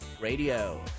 Radio